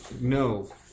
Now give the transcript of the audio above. No